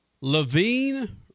Levine